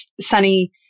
Sunny